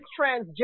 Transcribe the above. transgender